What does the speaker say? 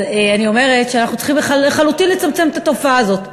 אני אומרת שאנחנו צריכים לצמצם את התופעה הזאת לחלוטין.